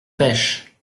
pêche